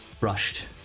rushed